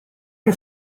che